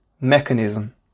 mechanism